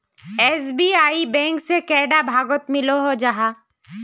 SBI bank से कैडा भागोत मिलोहो जाहा?